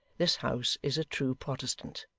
this house is a true protestant